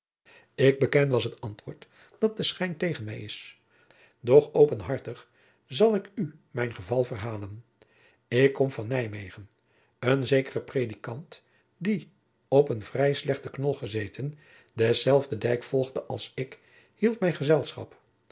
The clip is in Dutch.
ik beken was het antwoord dat de schijn tegen mij is doch openhartig zal ik u mijn geval verhalen ik kom van nymwegen een zekere predikant die op een vrij slechte knol gezeten denzelfden dijk volgde als ik hield mij gezelschap